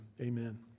amen